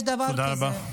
יש דבר כזה, תודה רבה.